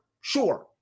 Sure